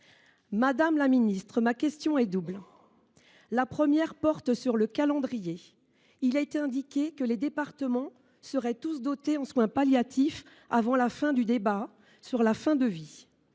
Madame la ministre, ma question est double. La première porte sur le calendrier. Je le répète, on nous a assuré que les départements seraient tous dotés de services de soins palliatifs avant la fin du débat sur la fin de vie